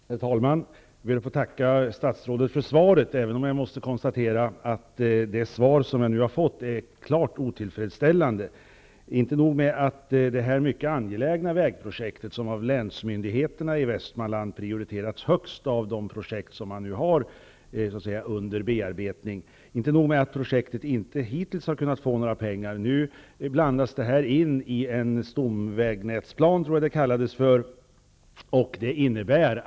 Herr talman! Jag ber att få tacka statsrådet för svaret. Men jag måste konstatera att det svar som jag här har fått är klart otillfressställande. Det är inte nog att det här mycket angelägna vägprojektet -- som av länsmyndigheterna i Västmanland tillmätts högsta prioritet när det gäller de projekt som är under bearbetning -- hittills inte har kunnat få några pengar. Nu tas det dessutom med i en stamvägnätsplan. Jag tror att det var så planen kallades.